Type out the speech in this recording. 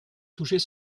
toucher